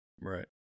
Right